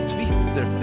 Twitter